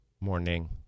Morning